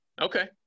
Okay